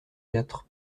quatre